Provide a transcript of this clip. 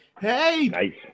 Hey